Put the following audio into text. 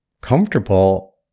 comfortable